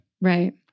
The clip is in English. Right